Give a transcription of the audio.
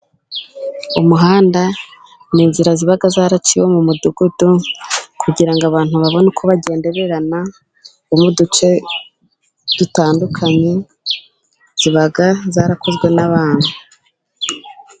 Umuhanda ni inzira, ziba zaraciwe mu mudugudu, kugira ngo abantu babone uko bagendererana, bo mu duce dutandukanye. Ziba zarakozwe n’abantu.